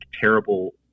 terrible